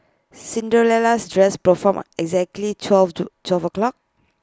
Cinderella's dress pro forma exactly twelve two twelve o'clock